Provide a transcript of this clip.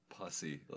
pussy